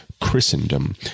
Christendom